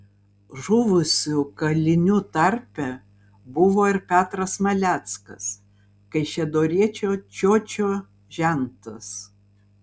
žuvusių kalinių tarpe buvo ir petras maleckas kaišiadoriečio čiočio žentas